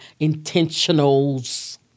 intentionals